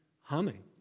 humming